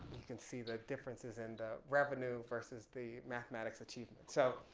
can see the differences in the revenue versus the mathematics achievement. so,